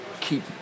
keep